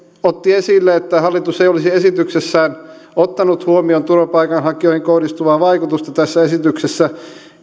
otti esille että hallitus ei olisi esityksessään ottanut huomioon turvapaikanhakijoihin kohdistuvaa vaikutusta tässä esityksessä